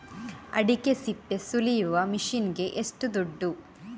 ಅಡಿಕೆ ಸಿಪ್ಪೆ ಸುಲಿಯುವ ಮಷೀನ್ ಗೆ ಏಷ್ಟು ದುಡ್ಡು?